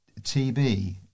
TB